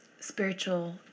Spiritual